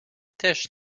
też